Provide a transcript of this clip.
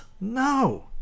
No